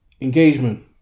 Engagement